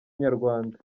inyarwanda